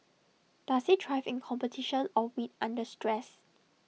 does he thrive in competition or wilt under stress